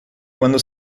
quando